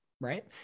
right